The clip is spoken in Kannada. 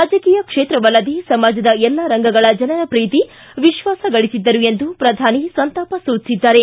ರಾಜಕೀಯ ಕ್ಷೇತ್ರವಲ್ಲದೇ ಸಮಾಜದ ಎಲ್ಲಾ ರಂಗಗಳ ಜನರ ಪ್ರೀತಿ ವಿಶ್ವಾಸ ಗಳಿಸಿದ್ದರು ಎಂದು ಪ್ರಧಾನಿ ಸಂತಾಪ ಸೂಚಿಸಿದ್ದಾರೆ